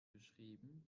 geschrieben